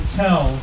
tell